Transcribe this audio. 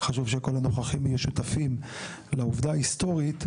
חשוב שכל הנוכחים יהיו שותפים לעובדה היסטורית,